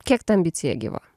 kiek ta ambicija gyva